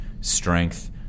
strength